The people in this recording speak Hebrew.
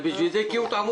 בשביל זה הקימו את העמותה.